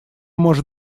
может